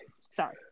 sorry